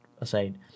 aside